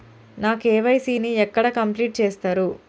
నా కే.వై.సీ ని ఎక్కడ కంప్లీట్ చేస్తరు?